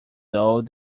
though